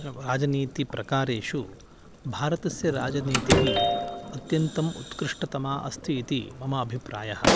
राजनीति प्रकारेषु भारतस्य राजनीतिः अत्यन्तम् उत्कृष्टतमा अस्ति इति मम अभिप्रायः